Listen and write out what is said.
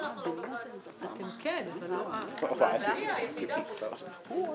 לדיון בוועדה משותפת בין